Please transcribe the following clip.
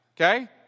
Okay